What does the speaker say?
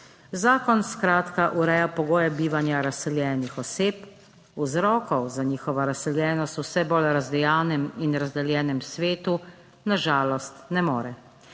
Zakon skratka ureja pogoje bivanja razseljenih oseb, vzrokov za njihovo razseljenost v vse bolj razdejanem in razdeljenem svetu na žalost ne more.